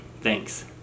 Thanks